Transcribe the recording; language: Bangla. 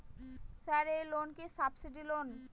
স্যার এই লোন কি সাবসিডি লোন?